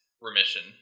remission